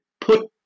put